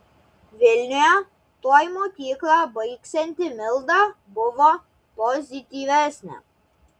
vilniuje tuoj mokyklą baigsianti milda buvo pozityvesnė